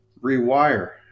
rewire